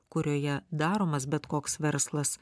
kurioje daromas bet koks verslas